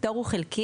הפטור הוא חלקי,